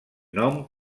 nom